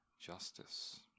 justice